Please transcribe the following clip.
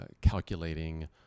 calculating